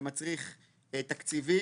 זה מצריך תקציבים,